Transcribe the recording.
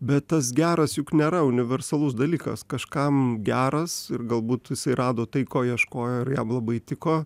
bet tas geras juk nėra universalus dalykas kažkam geras ir galbūt jisai rado tai ko ieškojo ir jam labai tiko